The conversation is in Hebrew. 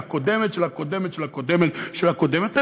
מהקודמת של הקודמת של הקודמת של הקודמת.